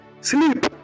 sleep